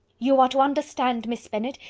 you are to understand, miss bennet,